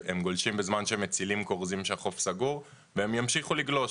הם גולשים בזמן שמצילים כורזים שהחוף סגור והם ימשיכו לגלוש,